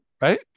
right